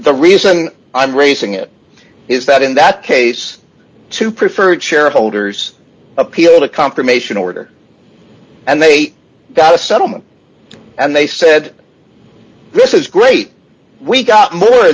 the reason i'm raising it is that in that case two preferred shareholders appealed a confirmation order and they got a settlement and they said this is great we got more